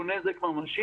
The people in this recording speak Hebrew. כלומר כן נרצה לראות